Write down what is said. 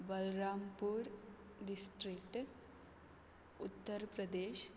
Balrampur district Uttar Pradesh